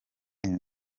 arimo